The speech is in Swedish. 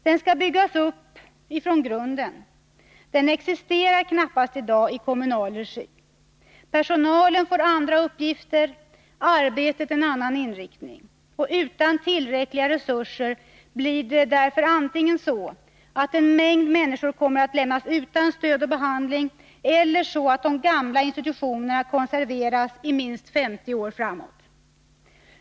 Den skall byggas upp från grunden —den existerar knappast i dag i kommunal regi. Personalen får andra uppgifter, arbetet en annan inriktning. Utan tillräckliga resurser blir detta ju förr antingen så, att en mängd människor kommer att lämnas utan stöd och behandling, eller så, att de gamla institutionerna konserveras i minst 50 år framåt.